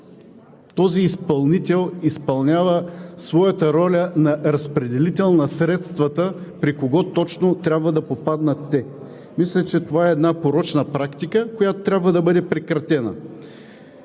този изпълнител изпълнява своята роля на разпределител на средствата и при кого точно те трябва да попаднат. Мисля, че това е една порочна практика, която трябва да бъде прекратена.